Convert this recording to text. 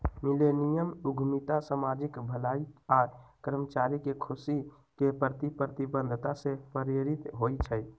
millennium उद्यमिता सामाजिक भलाई आऽ कर्मचारी के खुशी के प्रति प्रतिबद्धता से प्रेरित होइ छइ